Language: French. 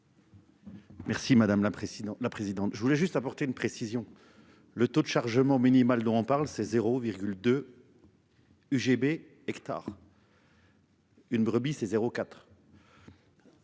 présidente. La présidente, je voulais juste apporter une précision, le taux de chargement minimal dont on parle c'est 0,2. GB hectares. Une brebis, c'est 04.